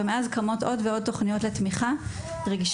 כשמאז קמות עוד ועוד תכניות לתמיכה רגשית,